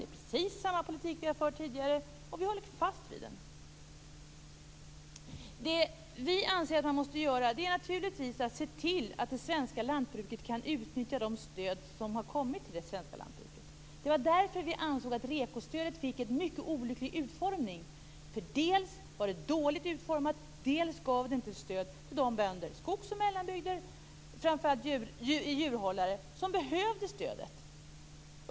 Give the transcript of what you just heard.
Det är precis samma politik som vi har fört tidigare. Vi håller fast vid den. Vi anser att man naturligtvis måste se till att det svenska lantbruket kan utnyttja de stöd som har kommit. Det var därför vi ansåg att REKO-stödet fick en mycket olycklig utformning. Dels var det dåligt utformat, dels gav det inte stöd till de bönder i skogsoch mellanbygder, framför allt djurhållare, som behövde det.